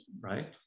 right